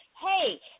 Hey